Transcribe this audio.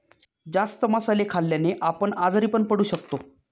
जास्त मसाले खाल्ल्याने आपण आजारी पण पडू शकतो